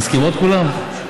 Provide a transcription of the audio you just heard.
מסכימות כולן?